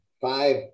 five